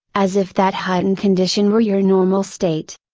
as if that heightened condition were your normal state.